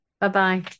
Bye-bye